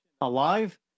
alive